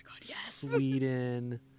Sweden